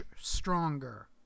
stronger